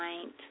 point